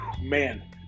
man